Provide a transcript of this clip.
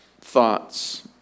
thoughts